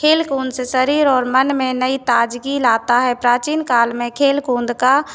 खेल को उनसे शरीर और मन में नई ताजगी लाता है प्राचीन काल में खेल को उनका